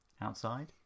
outside